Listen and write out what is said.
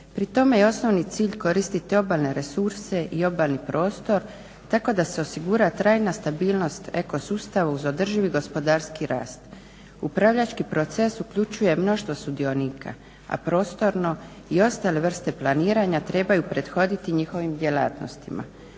Pri tome je osnovni cilj koristiti obalne resurse i obalni prostor tako da se osigura trajna stabilnost ekosustava uz održivi gospodarski rast. Upravljački proces uključuje mnoštvo sudionika, a prostorno i ostale vrste planiranja trebaju prethoditi njihovim djelatnostima.